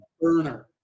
burner